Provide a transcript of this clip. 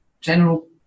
general